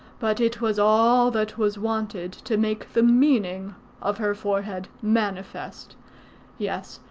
but it was all that was wanted to make the meaning of her forehead manifest yes,